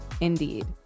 Indeed